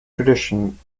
tradition